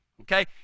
Okay